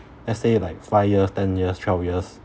let's say like five years ten years twelve years